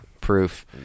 Proof